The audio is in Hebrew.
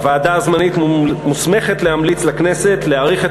הוועדה הזמנית מוסמכת להמליץ לכנסת להאריך את